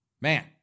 Man